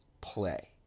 play